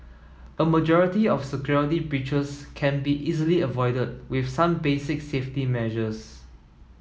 a majority of security breaches can be easily avoided with some basic safety measures